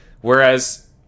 whereas